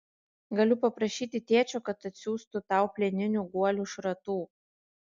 galiu paprašyti tėčio kad atsiųstų tau plieninių guolių šratų